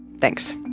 thanks.